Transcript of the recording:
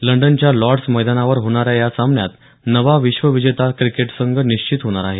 लंडनच्या लॉर्डस मैदानावर होणाऱ्या या सामन्यात नवा विश्वविजेता क्रिकेट संघ निश्चित होणार आहे